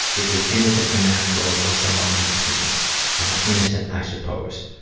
it was innocent and natural, or somewhere in between innocent, i suppose.